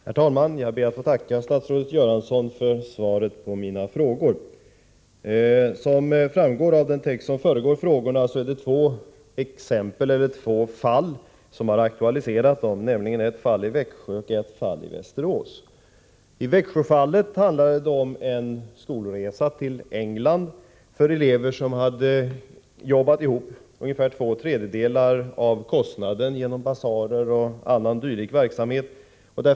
Herr talman! Jag ber att få tacka statsrådet Göransson för svaret på mina frågor. Som framgår av den text som föregår frågorna är det två fall som har aktualiserat den, nämligen ett i Växjö och ett i Västerås. I Växjöfallet handlar det om en skolresa till England för elever som hade jobbat ihop ungefär två tredjedelar av kostnaden genom basarer och annan dylik verksamhet.